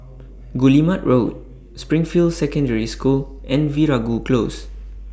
Guillemard Road Springfield Secondary School and Veeragoo Close